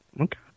Okay